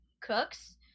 cooks